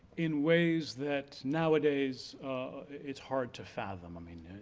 in ways that nowadays is hard to fathom. i mean